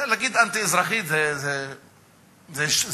להגיד אנטי-אזרחית זה כלום.